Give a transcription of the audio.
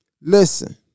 Listen